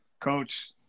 coach